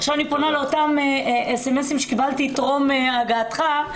עכשיו אני פונה לאותם סמסים שקיבלתי טרום הגעתך,